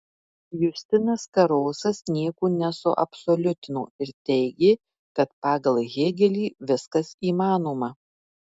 justinas karosas nieko nesuabsoliutino ir teigė kad pagal hėgelį viskas įmanoma